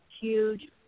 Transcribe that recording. huge